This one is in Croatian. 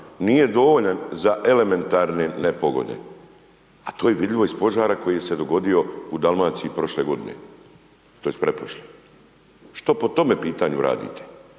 nije dovoljan za elementarne nepogode a to je vidljivo iz požara koji se dogodio u Dalmaciji prošle godine, tj. pretprošle. Što po tome pitanju radite?